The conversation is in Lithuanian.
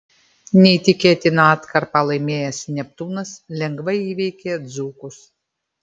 neįtikėtiną atkarpą laimėjęs neptūnas lengvai įveikė dzūkus